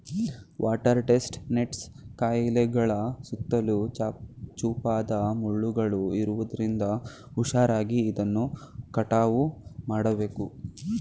water chestnuts ಕಾಯಿಗಳ ಸುತ್ತಲೂ ಚೂಪಾದ ಮುಳ್ಳುಗಳು ಇರುವುದರಿಂದ ಹುಷಾರಾಗಿ ಇದನ್ನು ಕಟಾವು ಮಾಡಬೇಕು